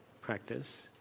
practice